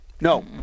no